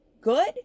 good